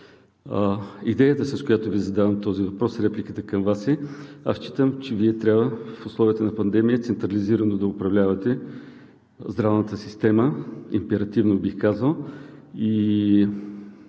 Идеята, с която Ви задавам този въпрос, и репликата към Вас е, аз считам, че Вие трябва в условията на пандемия централизирано да управлявате здравната система, императивно, бих казал,